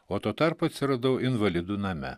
o tuo tarpu atsiradau invalidų name